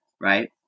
right